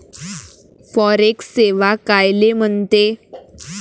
Forex सेवा कायले म्हनते?